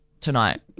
tonight